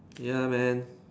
ya man